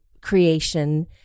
creation